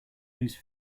whose